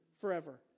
forever